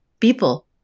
people